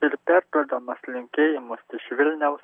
ir perduodamas linkėjimus iš vilniaus